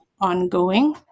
ongoing